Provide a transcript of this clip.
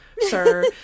sir